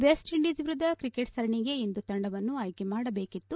West Indies ವಿರುದ್ಧ cricket ಸರಣಿಗೆ ಇಂದು ತಂಡವನ್ನು ಆಯ್ಕೆ ಮಾಡಬೇಕಾಗಿತ್ತು